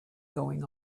going